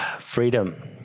Freedom